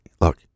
look